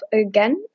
again